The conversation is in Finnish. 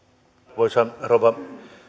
arvoisa rouva